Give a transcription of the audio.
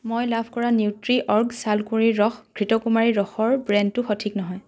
মই লাভ কৰা নিউট্ৰিঅৰ্গ ছালকুঁৱৰীৰ ৰস ঘৃতকুমাৰীৰ ৰসৰ ব্ৰেণ্ডটো সঠিক নহয়